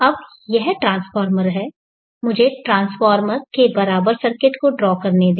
अब यह ट्रांसफार्मर है मुझे ट्रांसफार्मर के बराबर सर्किट को ड्रा करने दें